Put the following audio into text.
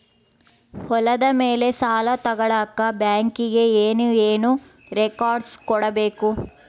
ಹೊಲದ ಮೇಲೆ ಸಾಲ ತಗಳಕ ಬ್ಯಾಂಕಿಗೆ ಏನು ಏನು ರೆಕಾರ್ಡ್ಸ್ ಕೊಡಬೇಕು?